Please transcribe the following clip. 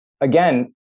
again